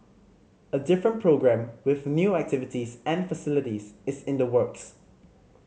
a different programme with new activities and facilities is in the works